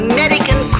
American